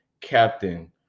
Captain